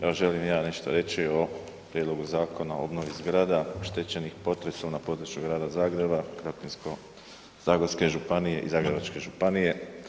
Evo želim i ja nešto reći o Prijedlogu zakona o obnovi zgrada oštećenih potresom na području Grada Zagreba, Krapinsko-zagorske županije i Zagrebačke županije.